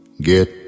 get